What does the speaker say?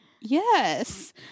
Yes